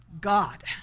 God